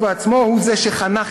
חבר הכנסת